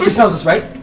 tells us, right?